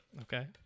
Okay